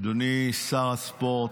אדוני שר התרבות והספורט,